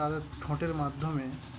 তাদের ঠোঁটের মাধ্যমে